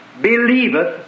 believeth